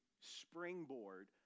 springboard